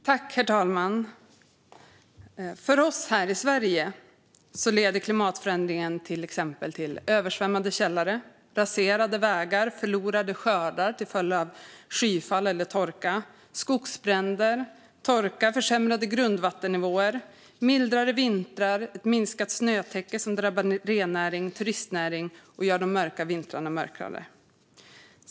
Herr talman! För oss här i Sverige leder klimatförändringen till exempel till översvämmade källare, raserade vägar, förlorade skördar till följd av skyfall eller torka, skogsbränder, torka, försämrade grundvattennivåer, mildare vintrar, ett minskat snötäcke som drabbar rennäring och turistnäring och gör de mörka vintrarna mörkare.